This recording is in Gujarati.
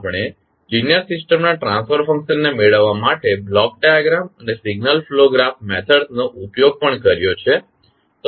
આપણે લીનીઅર સિસ્ટમ્સના ટ્રાન્સફર ફંક્શનને મેળવવા માટે બ્લોક ડાયાગ્રામ અને સિગ્નલ ફ્લો ગ્રાફ પદ્ધતિઓ નો ઉપયોગ પણ કર્યો છે